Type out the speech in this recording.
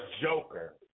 Joker